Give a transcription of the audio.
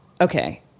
Okay